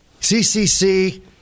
CCC